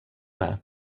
med